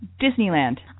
Disneyland